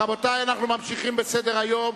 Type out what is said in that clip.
רבותי, אנחנו ממשיכים בסדר-היום.